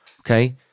Okay